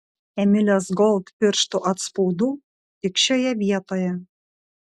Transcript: emilės gold pirštų atspaudų tik šioje vietoje